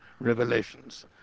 revelations